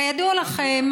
כידוע לכם,